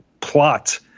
plot